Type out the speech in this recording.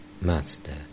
Master